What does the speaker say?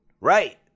Right